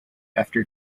after